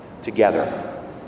together